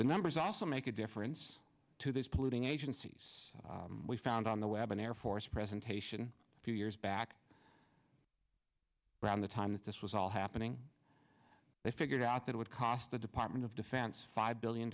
the numbers also make a difference to these polluting agencies we found on the web an air force presentation a few years back around the time that this was all happening they figured out that would cost the department of defense five billion